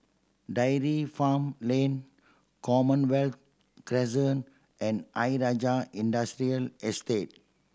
Dairy Farm Lane Commonwealth Crescent and Ayer Rajah Industrial Estate